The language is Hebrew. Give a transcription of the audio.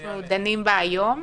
שאנחנו דנים בה היום.